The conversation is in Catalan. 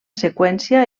seqüència